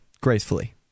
gracefully